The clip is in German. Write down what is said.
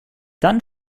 dann